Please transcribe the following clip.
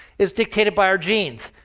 is dictated by our genes.